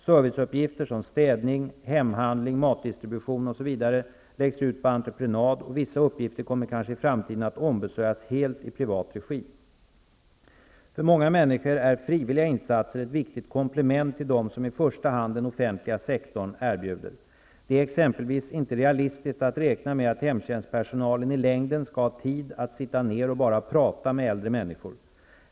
Serviceuppgifter som städning, hemhandling, matdistribution, osv. läggs ut på entreprenad, och vissa uppgifter kommer kanske i framtiden att ombesörjas helt i privat regi. För många människor är frivilliga insatser ett viktigt komplement till dem som i första hand den offentliga sektorn erbjuder. Det är exempelvis inte realistiskt att räkna med att hemtjänstpersonalen i längden skall ha tid att sitta ned och bara prata med äldre människor.